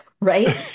right